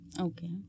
Okay